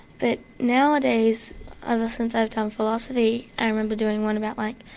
but nowadays ever since i've done philosophy, i remember doing one about, like,